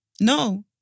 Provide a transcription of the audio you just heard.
No